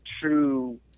true